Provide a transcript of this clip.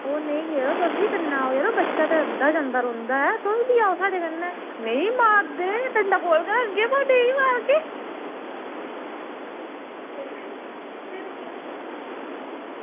ओह् निं यरो तुस बी आओ बच्चा ते जंदा रौहंदा ऐ तुस बी आओ साढ़े कन्नै नेईं मारदे डंडा को गै रक्खगे बाऽ नेईं मारगे